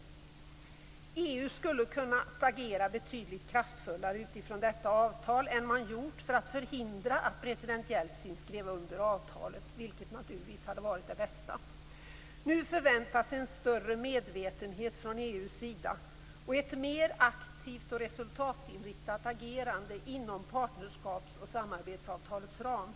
Från EU:s sida skulle man kunnat ha agera betydligt kraftfullare än vad man gjort för att förhindra att president Jeltsin skrev under avtalet, vilket naturligtvis hade varit det bästa. Nu förväntas en större medvetenhet från EU:s sida, och ett mer aktivt och resultatinriktat agerande inom partnerskaps och samarbetsavtalets ram.